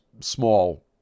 small